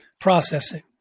processing